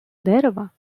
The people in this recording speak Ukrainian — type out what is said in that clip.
дерева